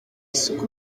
isuku